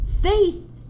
Faith